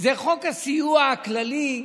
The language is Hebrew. זה חוק הסיוע הכללי,